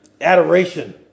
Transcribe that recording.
adoration